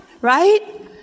right